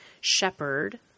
shepherd